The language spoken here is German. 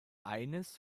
eines